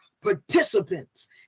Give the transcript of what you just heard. participants